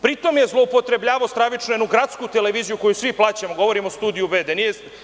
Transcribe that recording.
Pri tome je zloupotrebljavao jednu gradsku televiziju koju svi plaćamo, govorim o „Studiju B“